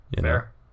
Fair